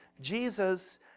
Jesus